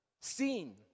seen